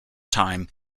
time